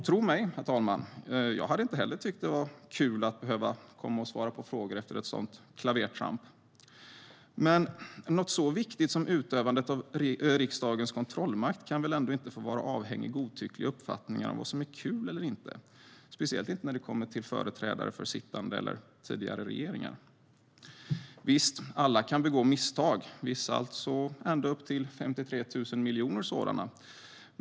Tro mig, herr talman, jag hade inte heller tyckt det var kul att behöva komma och svara på frågor efter ett sådant klavertramp. Men något så viktigt som utövandet av riksdagens kontrollmakt kan väl ändå inte få vara avhängigt godtyckliga uppfattningar om vad som är kul eller inte, speciellt inte när det kommer till företrädare för sittande eller tidigare regeringar? Visst, alla kan begå misstag, vissa alltså ända upp till 53 000 miljoner sådana.